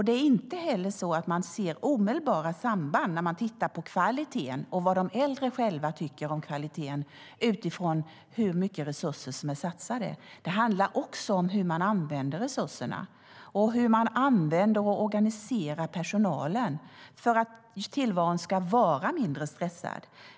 Det är inte heller så att man ser omedelbara samband när man tittar på kvaliteten och vad de äldre själva tycker om kvaliteten utifrån hur mycket resurser som är satsade. Det handlar också om hur man använder resurserna och hur man använder och organiserar personalen för att tillvaron ska vara mindre stressad.